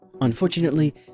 Unfortunately